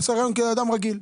עשה כאדם רגיל.